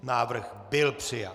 Návrh byl přijat.